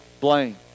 Blame